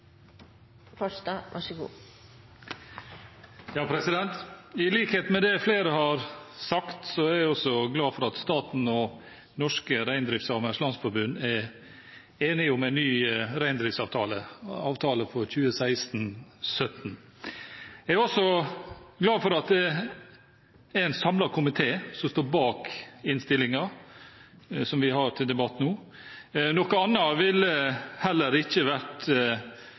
høge reintal. Så det er bra at ein har kome til einigheit, og det er ei samla senterpartigruppe som støttar tilrådinga. I likhet med det flere har sagt, er også jeg glad for at staten og Norske Reindriftssamers Landsforbund er enige om en ny reindriftsavtale for 2016/2017. Jeg er også glad for at det er en samlet komité som står bak innstillingen som vi nå har til debatt. Noe